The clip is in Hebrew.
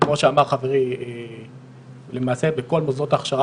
כמו שאמר חברי למעשה בכל מוסדות ההכשרה